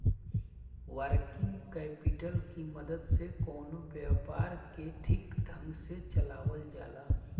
working capital की मदद से कवनो व्यापार के ठीक ढंग से चलावल जाला